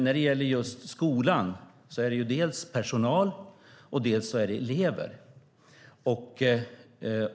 I skolan finns personal och elever.